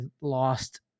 lost